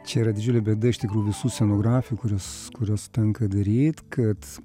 čia yra didžiulė bėda iš tikrųjų visų scenografijų kurios kurios tenka daryt kad